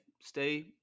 stay